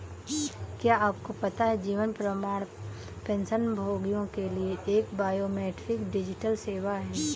क्या आपको पता है जीवन प्रमाण पेंशनभोगियों के लिए एक बायोमेट्रिक डिजिटल सेवा है?